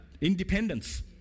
Independence